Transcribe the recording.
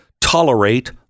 tolerate